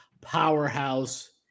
powerhouse